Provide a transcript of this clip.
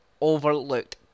overlooked